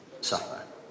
suffer